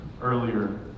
earlier